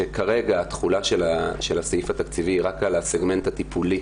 שכרגע התחולה של הסעיף התקציבי היא רק על הסגמנט הטיפולי,